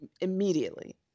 Immediately